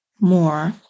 more